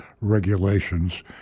regulations